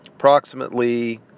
Approximately